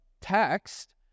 text